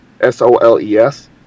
S-O-L-E-S